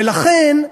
ולכן,